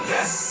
Yes